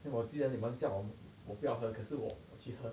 then 我记得你们叫我我不要喝可是我我去喝